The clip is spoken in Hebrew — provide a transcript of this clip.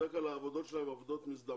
בדרך כלל העבודות שלהם הן עבודות מזדמנות,